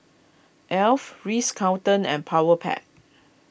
Alf Ritz Carlton and Powerpac